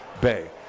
Bay